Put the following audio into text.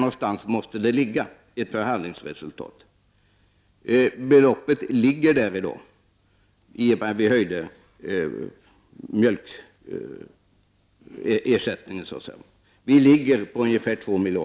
Ett förhandlingsresultat kommer att bli liggande på ungefär den nivån. Beloppet ligger där i dag i och med att mjölkersättningen har höjts.